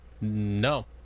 No